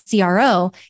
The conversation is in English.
CRO